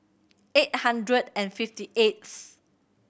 eight hundred and fifty eighth